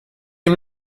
dem